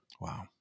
Wow